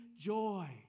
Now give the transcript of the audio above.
joy